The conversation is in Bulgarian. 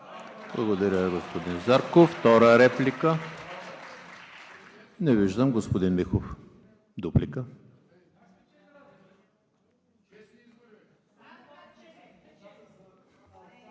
Благодаря, господин Зарков. Втора реплика? Не виждам. Господин Михов – дуплика.